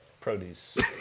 Produce